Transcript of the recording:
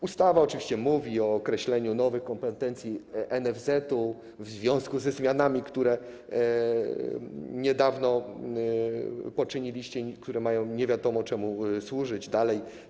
Ustawa mówi o określeniu nowych kompetencji NFZ-u w związku ze zmianami, które niedawno poczyniliście i które mają nie wiadomo czemu służyć dalej.